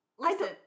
Listen